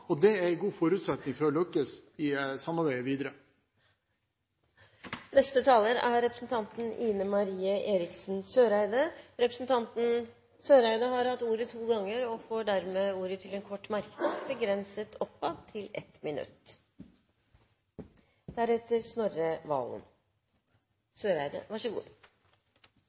og det er en god forutsetning for å lykkes i samarbeidet videre. Representanten Ine M. Eriksen Søreide har hatt ordet to ganger og får ordet til en kort merknad, begrenset til 1 minutt.